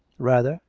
rather,